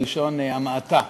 בלשון המעטה.